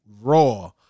Raw